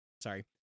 sorry